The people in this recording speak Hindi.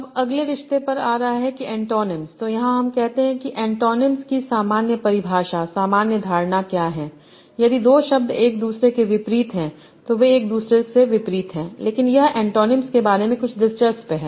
अब अगले रिश्ते पर आ रहा है कि ऐन्टोनिम्स तो यहाँ हम कहते हैं कि अन्टोनिम्स की सामान्य परिभाषा सामान्य धारणा क्या है यदि दो शब्द एक दूसरे के विपरीत हैं तो वे एक दूसरे के विपरीत हैं लेकिन यह ऐन्टोनिम्स के बारे में कुछ दिलचस्प है